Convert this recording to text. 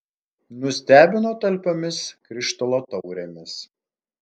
nustebino talpiomis krištolo taurėmis